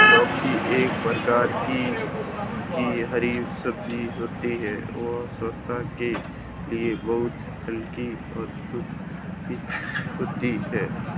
लौकी एक प्रकार की हरी सब्जी होती है यह स्वास्थ्य के लिए बहुत हल्की और सुपाच्य होती है